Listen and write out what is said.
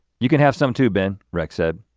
you can have some too ben, rex said.